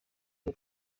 byo